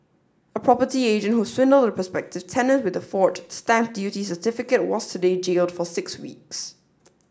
a property agent who swindled a prospective tenant with a forged stamp duty certificate was today jailed for six weeks